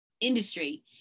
industry